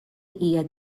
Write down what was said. hija